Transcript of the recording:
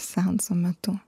seanso metu